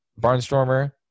Barnstormer